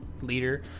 leader